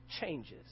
changes